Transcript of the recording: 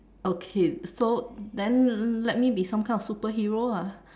okay so then let me be some kind of superhero ah